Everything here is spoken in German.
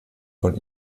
von